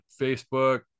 Facebook